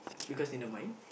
because in the mind